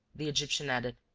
the egyptian added,